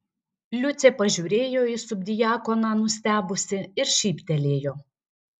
liucė pažiūrėjo į subdiakoną nustebusi ir šyptelėjo